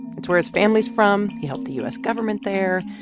that's where his family's from. he helped the u s. government there.